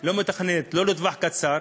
לא מתכננת, לא לטווח קצר,